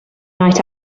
night